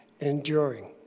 enduring